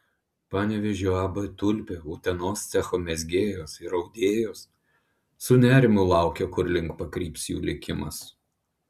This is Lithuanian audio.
panevėžio ab tulpė utenos cecho mezgėjos ir audėjos su nerimu laukė kurlink pakryps jų likimas